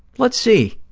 let's see,